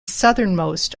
southernmost